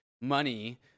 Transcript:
money